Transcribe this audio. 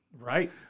Right